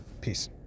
Peace